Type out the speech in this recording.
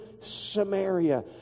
Samaria